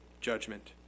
judgment